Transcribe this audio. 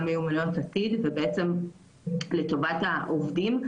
גם מיומנויות תפקיד ובעצם לטובת העובדים,